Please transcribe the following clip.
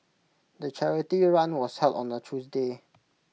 the charity run was held on A Tuesday